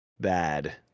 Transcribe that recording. bad